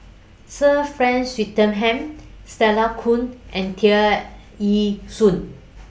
Sir Frank Swettenham Stella Kon and Tear Ee Soon